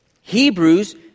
Hebrews